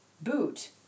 boot